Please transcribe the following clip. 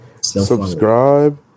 Subscribe